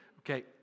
okay